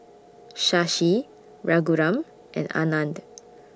Shashi Raghuram and Anand